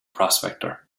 prospector